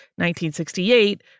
1968